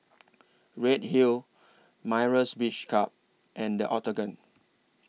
Redhill Myra's Beach Club and The Octagon